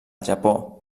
japó